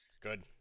good